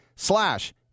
Slash